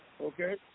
Okay